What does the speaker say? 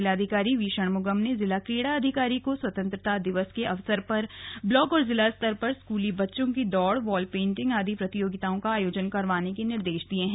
जिलाधिकारी वी षणमुगम ने जिला क्रीड़ा अधिकारी को स्वतन्त्रता दिवस के अवसर पर ब्लाक और जिला स्तर पर स्कूली बच्चों की दौड़ और वॉल पेन्टिग आदि प्रतियोगिताओं का आयोजन करवाने के निर्देश दिये हैं